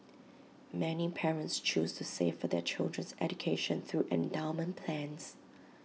many parents choose to save for their children's education through endowment plans